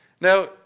Now